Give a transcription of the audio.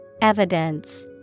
Evidence